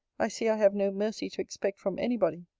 i see i have no mercy to expect from any body!